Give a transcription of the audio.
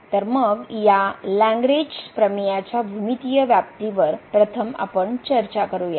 तर मग या लग्रेन्ज प्रमेयाच्या भूमितीय व्याप्तीवर प्रथम आपण चर्चा करूया